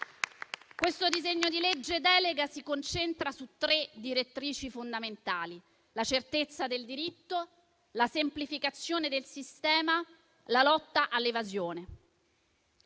Questo disegno di legge delega si concentra su tre direttrici fondamentali: la certezza del diritto, la semplificazione del sistema e la lotta all'evasione.